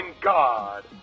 God